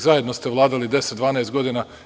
Zajedno ste vladali 10, 12 godina.